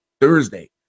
Thursday